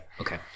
okay